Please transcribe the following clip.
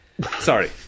Sorry